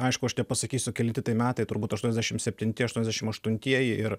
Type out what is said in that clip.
aišku aš nepasakysiu kelinti metai turbūt aštuoniasdešim septinti aštuoniasdešim aštuntieji ir